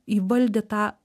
įvaldė tą